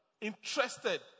interested